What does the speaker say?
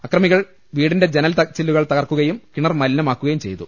അക്രമികൾ വീടിന്റെ ജനൽ ചില്ലുകൾ തകർക്കുകയും കിണർ മലിനമാക്കുകയും ചെയ്തു